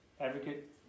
Advocate